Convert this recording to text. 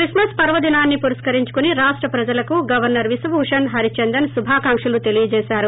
క్రిస్కస్ పర్వదినాన్ని పురస్కరించుకొని రాష్ట ప్రజలకు గవర్సర్ బిశ్వభూషణ్ హరిచందన్ శుభాకాంక్షలు తెలియజేశారు